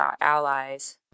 allies